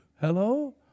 Hello